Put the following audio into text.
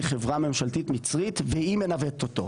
EgAz היא חברה ממשלתית מצרית והיא מנווטת אותו,